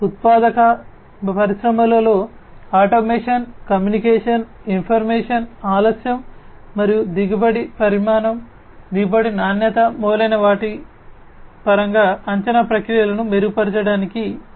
ఉత్పాదక పరిశ్రమలలో automation communication information ఆలస్యం మరియు దిగుబడి పరిమాణం దిగుబడి నాణ్యత మొదలైన వాటి పరంగా అంచనా ప్రక్రియలను మెరుగుపరచడానికి AI